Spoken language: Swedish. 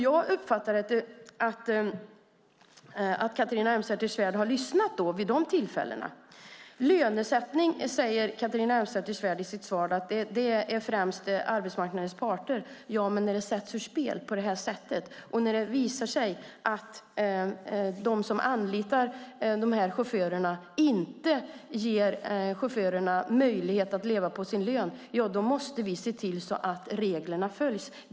Jag uppfattar det så att Catharina Elmsäter-Svärd har lyssnat på uppvaktningarna. Catharina Elmsäter-Svärd sade i sitt svar att lönesättningen främst är en fråga för arbetsmarknadens parter. Men när den sätts ur spel på det sättet, och när det visar sig att de som anlitar chaufförerna inte ger dem möjlighet att leva på sin lön, måste vi se till att reglerna följs.